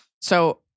So-